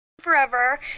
Forever